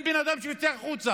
אין בן אדם שיוצא החוצה.